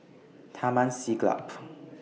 Taman Siglap